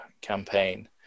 campaign